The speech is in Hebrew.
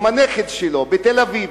עם הנכד שלו בתל-אביב,